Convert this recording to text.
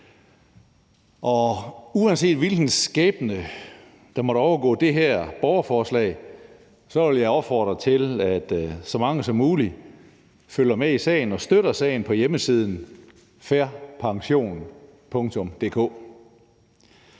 Uanset hvilken skæbne, der måtte overgå det her borgerforslag, vil jeg opfordre til, at så mange som muligt følger med i sagen og støtter sagen på hjemmesiden fairpension.dk.